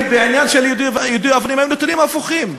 בעניין של יידוי אבנים הם נתונים הפוכים.